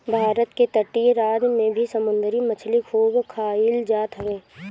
भारत के तटीय राज में भी समुंदरी मछरी खूब खाईल जात हवे